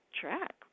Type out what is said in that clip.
track